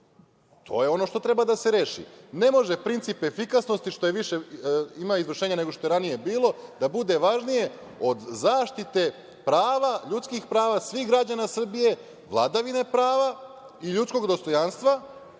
To je ono što treba da se reši. Ne može princip efikasnosti, što više ima izvršenja nego što je ranije bilo, da bude važnije od zaštite prava, ljudskih prava svih građana Srbije, vladavine prava i ljudskog dostojanstva